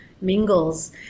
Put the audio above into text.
mingles